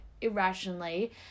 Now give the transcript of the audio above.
irrationally